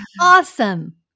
Awesome